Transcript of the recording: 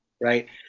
Right